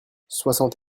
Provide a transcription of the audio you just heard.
soixante